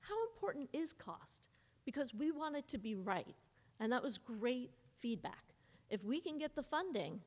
how important is cos because we wanted to be right and that was great feedback if we can get the funding